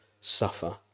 suffer